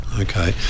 okay